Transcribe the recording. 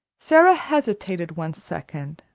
sara hesitated one second,